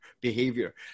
behavior